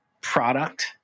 product